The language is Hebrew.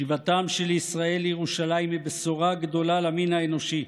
שיבתם של ישראל לירושלים היא בשורה גדולה למין האנושי,